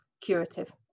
curative